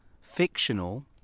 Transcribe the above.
fictional